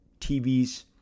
TVs